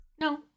No